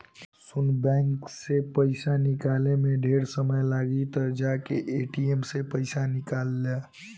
सुन बैंक से पइसा निकाले में ढेरे समय लागी त जाके ए.टी.एम से पइसा निकल ला